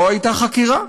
לא הייתה חקירה.